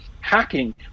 hacking